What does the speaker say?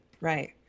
right